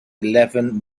eleven